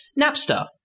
Napster